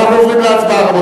אנחנו עוברים להצבעה.